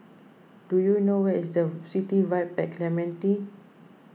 do you know where is the City Vibe at Clementi